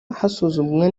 hasuzumwa